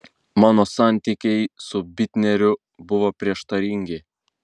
mano santykiai su bitneriu buvo prieštaringi